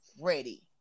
ready